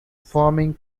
forming